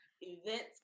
events